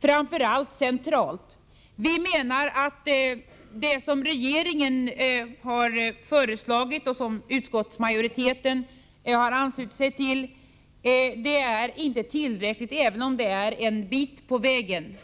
framför allt centralt. Vi menar att det som regeringen har föreslagit och som utskottsmajoriteten anslutit sig till är inte tillräckligt, även om det är en bit på vägen.